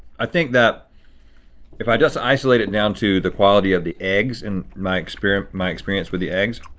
i think that if i just isolate it down to the quality of the eggs and my experience my experience with the eggs,